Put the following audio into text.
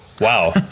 Wow